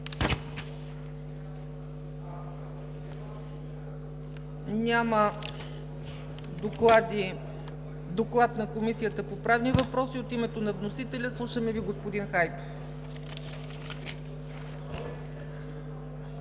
Няма доклад на Комисията по правни въпроси. От името на вносителя, слушаме Ви, господин Хайтов.